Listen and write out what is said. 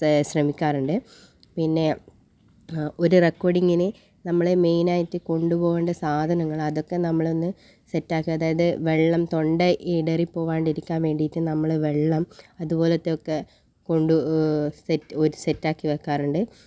ശ്രമിക്കാറുണ്ട് പിന്നെ ഒരു റെക്കോഡിങ്ങിന് നമ്മൾ മെയിൻ ആയിട്ട് കൊണ്ടുപോവേണ്ട സാധനങ്ങൾ അതൊക്കെ നമ്മൾ ഒന്ന് സെറ്റ് ആക്കുക അതായത് വെള്ളം തൊണ്ട ഇടറിപോവാണ്ടിരിക്കാൻ വേണ്ടിയിട്ട് നമ്മൾ വെള്ളം അതുപോലത്തെയൊക്കെ കൊണ്ടു സെറ്റ് ഒരു സെറ്റ് ആക്കി വയ്ക്കാറുണ്ട്